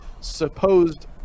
supposed